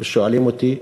ושואלים אותי: